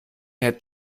mehr